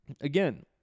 again